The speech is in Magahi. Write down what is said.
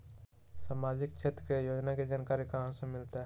सामाजिक क्षेत्र के योजना के जानकारी कहाँ से मिलतै?